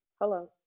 Hello